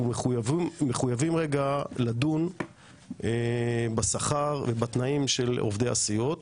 מחויבים לדון בשכר ובתנאים של עובדי הסיעות.